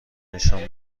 نشان